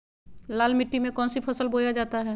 लाल मिट्टी में कौन सी फसल बोया जाता हैं?